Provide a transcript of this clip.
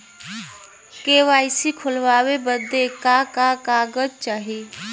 KYC खोलवावे बदे का का कागज चाही?